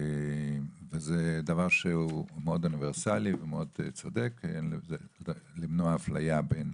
זה דבר שהוא מאוד אוניברסלי ומאוד צודק למנוע אפליה בין